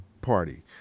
party